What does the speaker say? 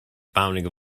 bounding